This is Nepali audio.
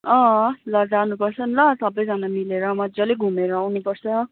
अँ ल जानुपर्छ नि ल सबैजना मिलेर मजाले घुमेर आउनु पर्छ